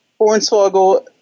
Hornswoggle